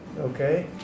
Okay